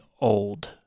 old